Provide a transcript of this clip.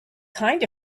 kind